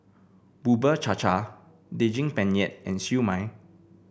Bubur Cha Cha Daging Penyet and Siew Mai